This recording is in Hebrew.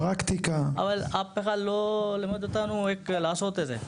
אבל אף אחד לא מלמד אותנו איך לעשות את זה.